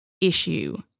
issue